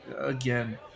again